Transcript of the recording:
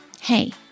Hey